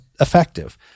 effective